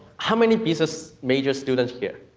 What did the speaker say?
how many business major students here?